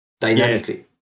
dynamically